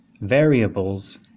variables